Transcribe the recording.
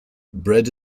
bread